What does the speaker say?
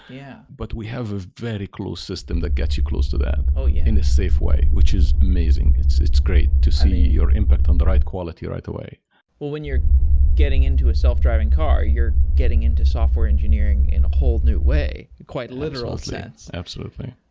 yeah but we have a very close system that gets you close to that yeah in a safe way, which is amazing. it's it's great to see your impact on the right quality right away well, when you're getting into a self-driving car, you're getting into software engineering in a whole new way, in quite literal sense absolutely.